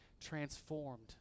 transformed